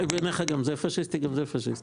הרי בעיניך גם זה פשיסטי וגם זה פשיסטי.